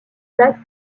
passe